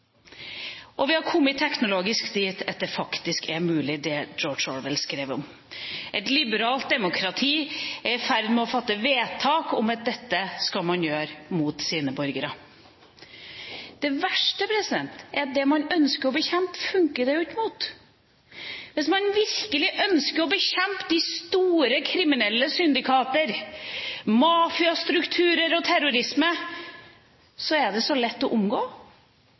Og vi har kommet teknologisk dit at det faktisk er mulig, det George Orwell skrev om. Et liberalt demokrati er i ferd med å fatte vedtak om at dette skal man gjøre mot sine borgere. Det verste er at det man ønsker å bekjempe, funker det jo ikke mot. Hvis man virkelig ønsker å bekjempe de store kriminelle syndikater, mafiastrukturer og terrorisme, er dette så lett å omgå